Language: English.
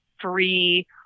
free